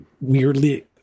weirdly